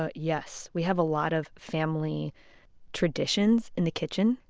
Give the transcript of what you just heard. ah yes, we have a lot of family traditions in the kitchen.